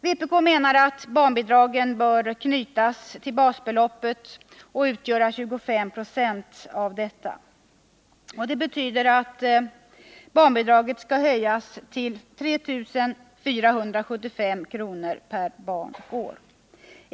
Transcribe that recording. Vpk menar att barnbidragen bör knytas till basbeloppet och utgöra 25 96 av detta. Det betyder att barnbidraget skall höjas till 3 475 kr. per barn och år.